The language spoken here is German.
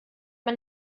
man